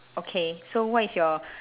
okay so what is your